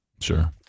sure